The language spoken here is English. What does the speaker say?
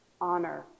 honor